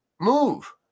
move